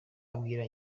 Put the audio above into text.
abwira